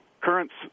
currents